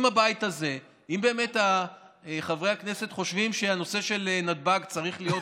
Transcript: אם בבית הזה באמת חברי הכנסת חושבים שהנושא של נתב"ג צריך להיות